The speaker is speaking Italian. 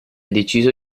deciso